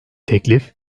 teklif